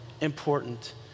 important